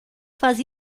faz